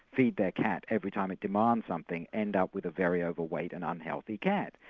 feed their cat every time it demands something, end up with a very overweight and unhealthy cat,